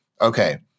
okay